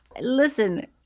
Listen